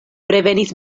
revenis